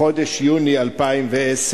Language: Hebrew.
בחודש יוני 2010,